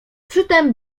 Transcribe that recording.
przytem